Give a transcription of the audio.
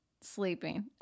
sleeping